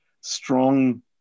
strong